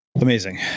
Amazing